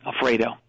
Alfredo